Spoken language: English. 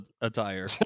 attire